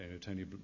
Tony